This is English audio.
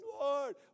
Lord